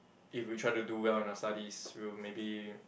if we try to do well in our studies we'll maybe